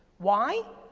why?